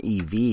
EV